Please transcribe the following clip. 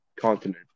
continent